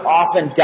often